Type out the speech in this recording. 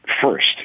first